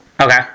Okay